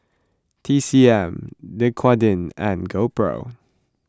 T C M Dequadin and GoPro